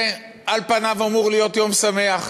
על פניו זה אמור להיות יום שמח,